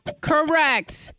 Correct